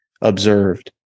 observed